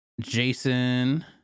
Jason